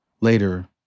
Later